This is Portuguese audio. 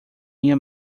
minha